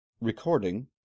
Recording